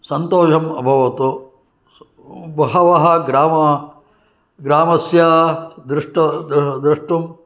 सन्तोषम् अभवत् बहवः ग्राम ग्रामस्य द्रष्टुं